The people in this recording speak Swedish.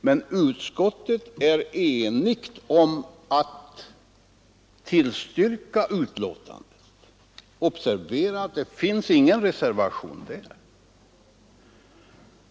Men utskottet är enigt om att tillstyrka skrivningen i betänkandet — observera att det finns ingen reservation.